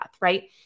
right